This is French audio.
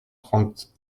trente